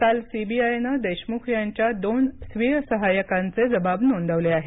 काल सीबीआयनं देशमुख यांच्या दोन स्वीय सहायकांचे जबाब नोंदवले आहेत